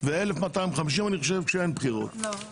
ואני חושב שכאשר אין בחירות הסכום הוא 1,250 שקלים.